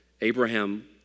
Abraham